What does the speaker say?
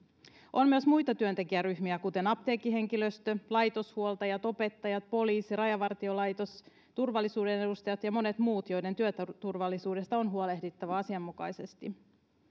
on myös muita työntekijäryhmiä kuten apteekkihenkilöstö laitoshuoltajat opettajat poliisi rajavartiolaitos turvallisuuden edustajat ja monet muut joiden työturvallisuudesta on huolehdittava asianmukaisesti